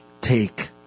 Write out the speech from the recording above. take